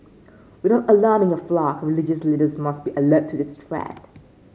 without alarming your flock religious leaders must be alert to this threat